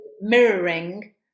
mirroring